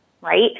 Right